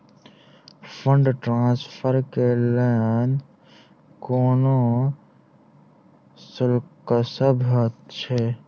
Fund transfer केँ लेल कोनो शुल्कसभ छै?